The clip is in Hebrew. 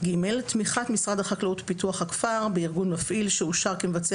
(ג) תמיכת משרד החקלאות ופיתוח הכפר בארגון מפעיל שאושר כמבצע